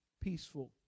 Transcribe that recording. peaceful